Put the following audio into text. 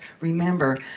remember